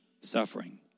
Suffering